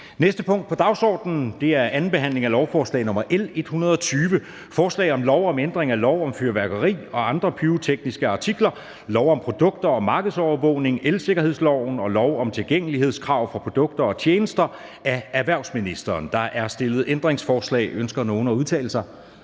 næste punkt på dagsordenen er: 8) 2. behandling af lovforslag nr. L 120: Forslag til lov om ændring af lov om fyrværkeri og andre pyrotekniske artikler, lov om produkter og markedsovervågning, elsikkerhedsloven og lov om tilgængelighedskrav for produkter og tjenester. (Indskrænkning af anvendelsesperioden for